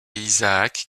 isaac